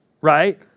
Right